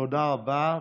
תודה רבה.